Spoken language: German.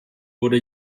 wurde